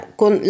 con